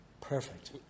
Perfect